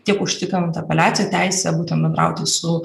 tiek užtikrinant apeliaciją teisę būtent bendrauti su